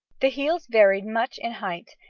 the heels varied much in height,